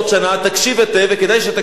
תקשיב היטב, וכדאי שתקשיב.